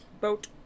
Boat